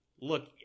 Look